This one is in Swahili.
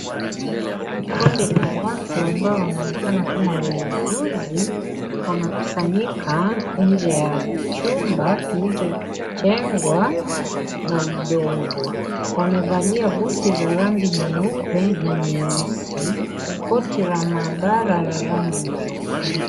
Kundi la watu ambao wanaonekana kama wauguzi wamekusanyika nje ya jumba kilichojengwa na udongo . Wamevalia buti za rangi nyeupe na nyeusi ,koti la maabara ya rangi nyeupe.